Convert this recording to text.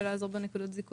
בתכנית הזו,